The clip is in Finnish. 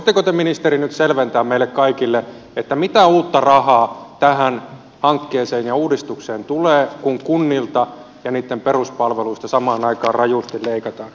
voisitteko te ministeri nyt selventää meille kaikille mitä uutta rahaa tähän hankkeeseen ja uudistukseen tulee kun kunnilta ja niitten peruspalveluista samaan aikaan rajusti leikataan